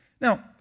Now